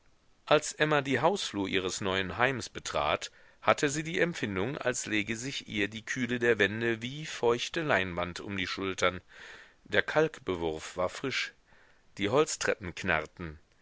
als emma die hausflur ihres neuen heims betrat hatte sie die empfindung als lege sich ihr die kühle der wände wie feuchte leinwand um die schultern der kalkbewurf war frisch die holztreppen knarrten